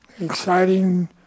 exciting